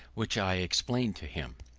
which i explained to him.